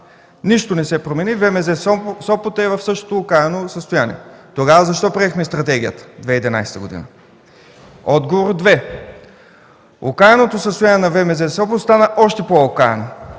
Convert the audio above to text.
Нищо не се промени, ВМЗ – Сопот, е в същото окаяно състояние. Тогава защо приехме стратегията през 2011 г.? Отговор две: окаяното състояние на ВМЗ – Сопот, стана още по-окаяно.